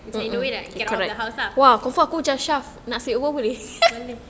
macam in a way like get out of the house lah tak boleh